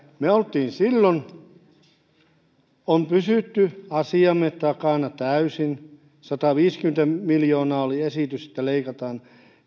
me olimme silloin ja olemme pysyneet asiamme takana täysin sataviisikymmentä miljoonaa oli esitys että leikataan